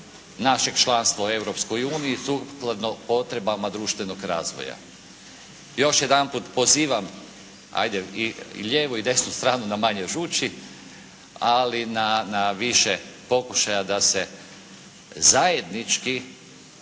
našeg članstva u Europskoj uniji, sukladno potrebama društvenog razvoja. Još jedanput pozivam, ajde i lijevu i desnu stranu na manje žuči, ali na više pokušaja da se zajednički